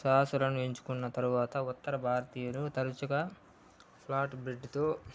సహస్రాన్ని ఎంచుకున్న తర్వాత ఉత్తరభారతీయులు తరచుగా స్లాట్ బ్రెడ్తో